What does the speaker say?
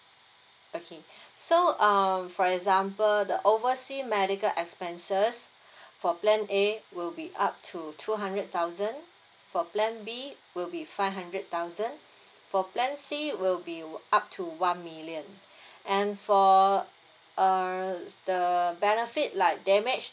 okay so uh for example the oversea medical expenses for plan A will be up to two hundred thousand for plan B will be five hundred thousand for plan C will be work up to one million and for err the benefit like damage